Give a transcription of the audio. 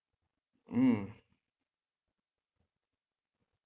mm